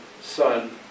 Son